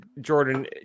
Jordan